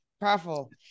powerful